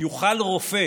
יוכל רופא